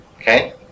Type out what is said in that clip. okay